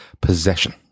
possession